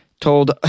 told